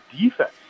defense